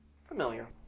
familiar